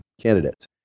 candidates